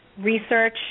research